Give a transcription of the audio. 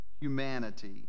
humanity